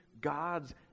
God's